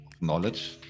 knowledge